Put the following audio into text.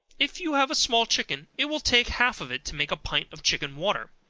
if you have a small chicken, it will take half of it to make a pint of chicken water.